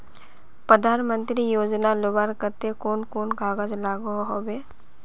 प्रधानमंत्री योजना लुबार केते कुन कुन कागज लागोहो होबे?